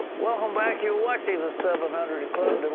welcome back. you are watching the seven and hundred club.